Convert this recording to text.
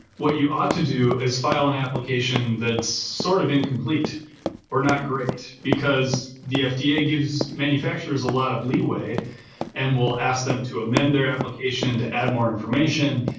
what you ought to do is file an application that sort of incomplete or not great, because the fda yeah gives manufacturers a lot of leeway and we'll ask them to amend their application to add more information.